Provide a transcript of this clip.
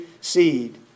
seed